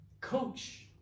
coach